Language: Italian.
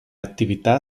attività